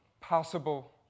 possible